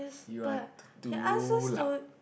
you are t~ too loud